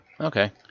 Okay